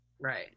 Right